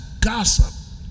gossip